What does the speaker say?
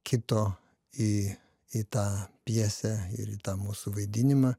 kito į į tą pjesę ir į tą mūsų vaidinimą